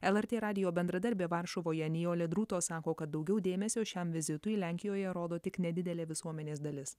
lrt radijo bendradarbė varšuvoje nijolė drūto sako kad daugiau dėmesio šiam vizitui lenkijoje rodo tik nedidelė visuomenės dalis